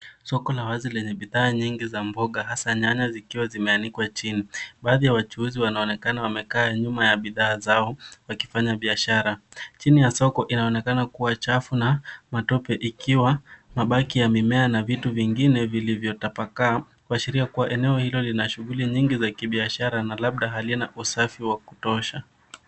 Soko la wazi lenye bidhaa nyingi za mboga hasa nyanya zikiwa zimeanikwa chini. Baadhi ya wachuuzi wanaonekana wamekaa nyuma ya bidhaa zao wakifanya biashara. Chini ya soko inaonekana kuwa chafu na matope ikiwa mabaki ya mimea na vitu vingine vilivyotapakaa kuashiria kuwa eneo hilo lina shughuli nyingi za kibiashara na labda halina usafi wa kutosha.